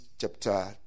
chapter